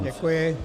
Děkuji.